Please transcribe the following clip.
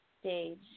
Stage